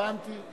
הבנתי.